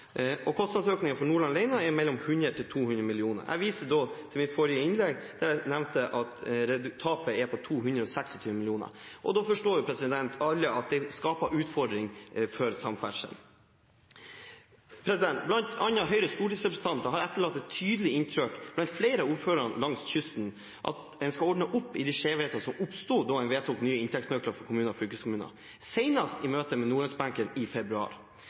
for Nordland alene er på mellom 100 og 200 mill. kr. Jeg viser til mitt forrige innlegg der jeg nevnte at tapet er på 226 mill. kr. Da forstår alle at det skaper utfordringer for samferdsel. Blant annet Høyres stortingsrepresentanter har etterlatt et tydelig inntrykk blant flere ordførere langs kysten av at en skal ordne opp i de skjevhetene som oppsto da en vedtok nye inntektsnøkler for kommuner og fylkeskommuner – senest i møte med nordlandsbenken i februar.